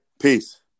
peace